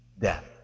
death